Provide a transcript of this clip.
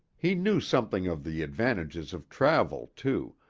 he knew something of the advantages of travel, too,